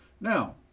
now